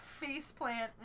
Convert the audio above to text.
faceplant